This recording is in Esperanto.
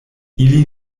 ili